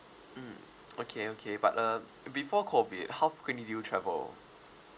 mm okay okay but uh before COVID how often did you travel